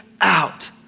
out